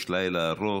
יש לילה ארוך.